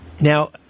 Now